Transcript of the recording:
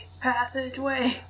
Passageway